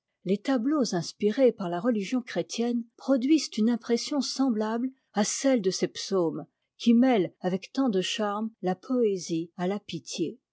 les tableaux inspirés par la religion chrétienne produisent une impression sembtabte à celle de ces psaumes qui mêlent avec tant de charmes la poésie à la pitié